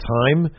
time